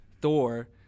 Thor